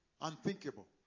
Unthinkable